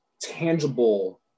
tangible